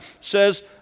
says